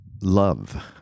love